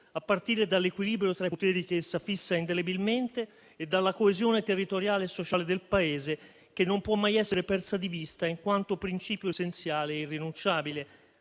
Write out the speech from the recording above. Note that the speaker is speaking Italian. a partire dall'equilibrio tra i poteri che essa fissa indelebilmente e dalla coesione territoriale e sociale del Paese, che non può mai essere persa di vista in quanto principio essenziale e irrinunciabile,